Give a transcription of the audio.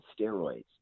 steroids